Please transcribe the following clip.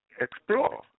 explore